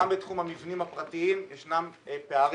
גם בתחום המבנים הפרטיים יש פערים